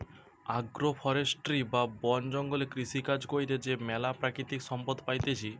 agro forestry বা বন জঙ্গলে কৃষিকাজ কইরে যে ম্যালা প্রাকৃতিক সম্পদ পাইতেছি